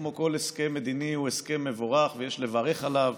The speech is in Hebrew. כמו כל הסכם מדיני, הוא הסכם מבורך ויש לברך עליו.